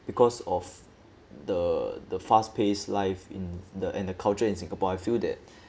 because of the the fast paced life in the and the culture in singapore I feel that